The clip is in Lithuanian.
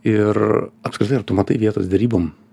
ir apskritai ar tu matai vietos derybom